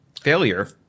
Failure